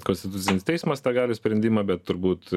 konstitucinis teismas tą gali sprendimą bet turbūt